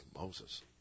Moses